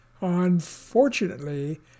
Unfortunately